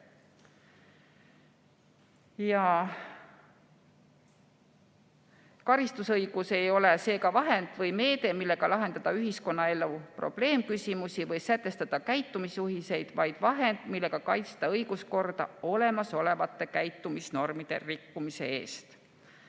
Karistusõigus ei ole seega meede, millega lahendada ühiskonnaelu probleemküsimusi või sätestada käitumisjuhiseid, vaid vahend, millega kaitsta õiguskorda olemasolevate käitumisnormide rikkumise eest.